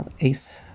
ACE